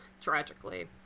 tragically